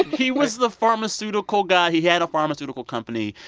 he was the pharmaceutical guy. he had a pharmaceutical company,